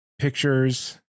pictures